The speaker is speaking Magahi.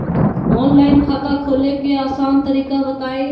ऑनलाइन खाता खोले के आसान तरीका बताए?